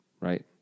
right